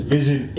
Vision